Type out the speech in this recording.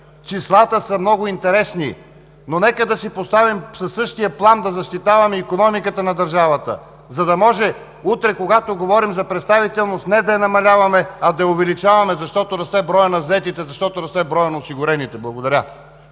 числата са много интересни. Но нека си поставим със същия плам да защитаваме икономиката на държавата, за да може утре, когато говорим за представителност, не да я намаляваме, а да я увеличаваме, защото расте броят на заетите, защото расте броят на осигурените. Благодаря.